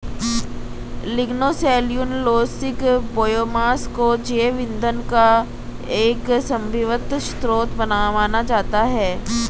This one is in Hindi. लिग्नोसेल्यूलोसिक बायोमास को जैव ईंधन का एक संभावित स्रोत माना जाता है